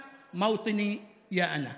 והמנגינות יהיו שמחות,